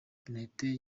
penaliti